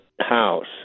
house